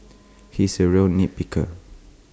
he is A real nit picker